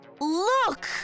Look